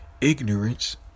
Ignorance